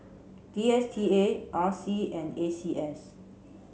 D S T A R C and A C S